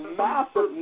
massive